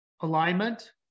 alignment